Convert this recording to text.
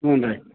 ಹ್ಞೂ ರೀ